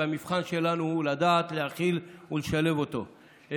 והמבחן שלנו הוא לדעת להכיל ולשלב אותו.